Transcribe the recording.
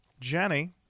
Jenny